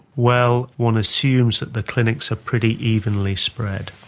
well, one assumes that the clinics are pretty evenly spread.